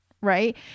right